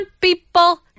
people